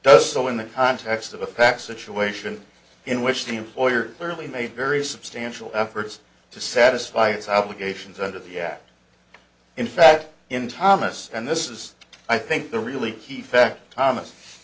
does so in the context of a pack situation in which the employer certainly made very substantial efforts to satisfy its obligations under the act in fact in thomas and this is i think the really key fact thomas